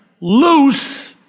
loose